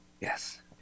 Yes